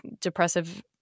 depressive